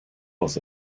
was